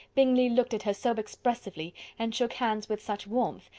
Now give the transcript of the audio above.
bingley looked at her so expressively, and shook hands with such warmth,